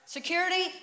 Security